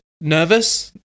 Nervous